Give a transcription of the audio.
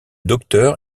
docteur